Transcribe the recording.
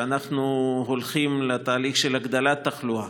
שאנחנו הולכים לתהליך של הגדלת תחלואה,